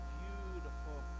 beautiful